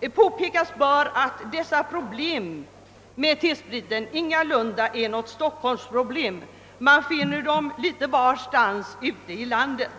Men påpekas bör att problemen med T-spriten ingalunda är knutna till Stockholm. Man finner dem lite varstans i landet.